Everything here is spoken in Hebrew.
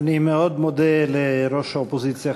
אני מודה מאוד לראש האופוזיציה,